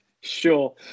sure